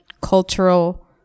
cultural